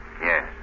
Yes